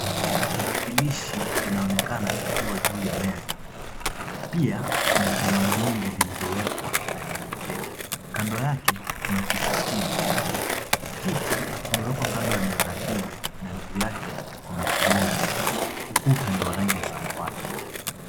Tarakilishi inaonekana ikiwa juu ya meza. Pia, kuna kalamu nyingi zilizowekwa ndani ya mkebe. Kando yake, kuna kifutio. Kiti kimewekwa kando ya meza hii na juu yake kuna kibodI. Ukuta ni wa rangi ya samawati.